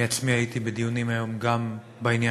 אני עצמי הייתי בדיונים היום גם בעניין